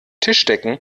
tischdecken